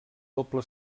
doble